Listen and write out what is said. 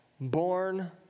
born